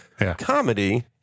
comedy